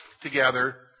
together